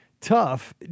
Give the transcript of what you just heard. Tough